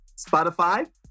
Spotify